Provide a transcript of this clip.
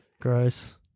Gross